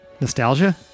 Nostalgia